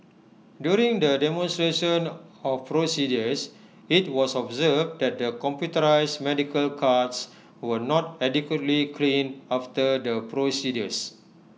during the demonstrations of procedures IT was observed that the computerised medical carts were not adequately cleaned after the procedures